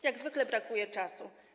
Jak zwykle brakuje czasu.